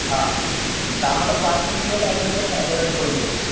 हा तर आम्हाला पाच किलो लागणार आहे साधारण पनीर